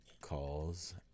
calls